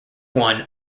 one